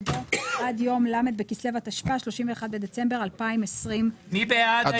יבוא "עד יום ל' בכסלו התשפ"ה (31 בדצמבר 2024). מי בעד?